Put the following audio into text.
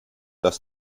das